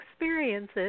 experiences